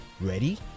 ready